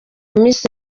miss